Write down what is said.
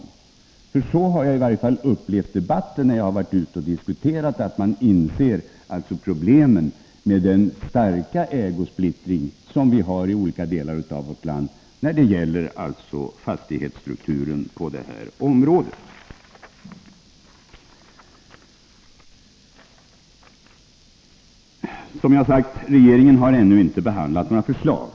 I varje fall har jag när jag har varit ute och diskuterat dessa frågor upplevt debatten så, att man inser problemen med den starka ägosplittring som vi har i olika delar av vårt land inom fastighetsstrukturen på det här området. Regeringen har, som jag sagt, ännu inte behandlat några förslag.